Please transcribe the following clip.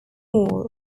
mall